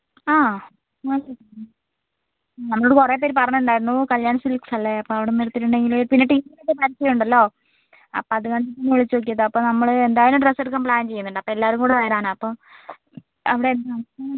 ആ നമ്മളോട് കുറേ പേർ പറഞ്ഞിട്ടുണ്ടായിരുന്നു കല്യാൺ സിൽക്സ് അല്ലേ അപ്പം അവിടുന്ന് എടുത്തിട്ടുണ്ടെങ്കിൽ പിന്നെ ടി വിയിലൊക്കെ പരസ്യം ഉണ്ടല്ലോ അപ്പം അത് കണ്ടിട്ട് ഒന്ന് വിളിച്ച് നോക്കിയതാണ് അപ്പം നമ്മൾ എന്തായാലും ഡ്രസ്സ് എടുക്കാൻ പ്ലാൻ ചെയ്യുന്നുണ്ട് അപ്പം എല്ലാവരും കൂടെ വരാനാണ് അപ്പം അവിടെ ഡ്രസ്സ്